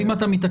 אם אתה מתעקש,